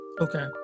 Okay